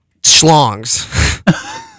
Schlongs